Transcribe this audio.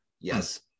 Yes